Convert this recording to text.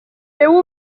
féu